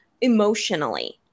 emotionally